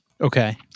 Okay